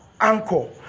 Anchor